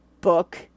book